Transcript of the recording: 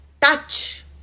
Touch